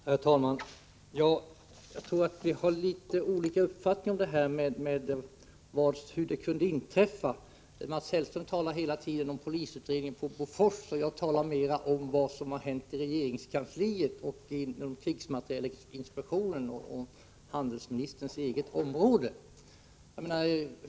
Herr talman! Jag tror att vi har litet olika uppfattning om hur det hela kunde inträffa. Mats Hellström talar hela tiden om polisutredning på Bofors, och jag talar om regeringskansliet, krigsmaterielinspektionen och utrikeshandelsministerns eget område.